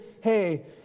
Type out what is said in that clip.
hey